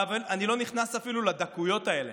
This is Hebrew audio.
אבל אני לא נכנס אפילו לדקויות האלה.